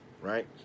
right